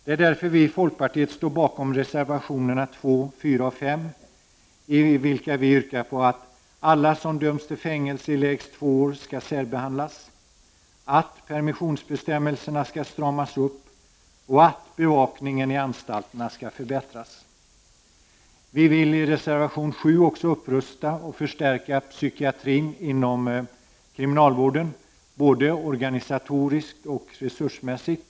Det är därför som vi i folkpartiet står bakom reservationerna 2, 4 och 5, i vilka vi yrkar att alla som dömts till fängelse i lägst två år skall särbehandlas, att permissionsbestämmelserna skall stramas upp och att bevakningen i anstalterna skall förbättras. Vi kräver i reservation 7 också en förstärkning och upprustning av psykiatrin inom kriminalvården, både organisatoriskt och resursmässigt.